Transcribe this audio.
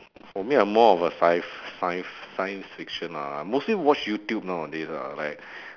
for me I'm more of a science science science fiction lah I mostly watch youtube nowadays lah like